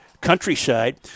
Countryside